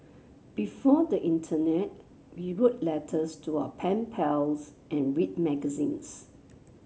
before the internet we wrote letters to our pen pals and read magazines